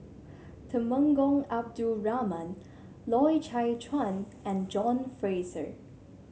Temenggong Abdul Rahman Loy Chye Chuan and John Fraser